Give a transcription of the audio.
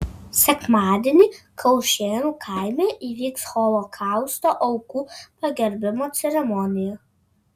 sekmadienį kaušėnų kaime įvyks holokausto aukų pagerbimo ceremonija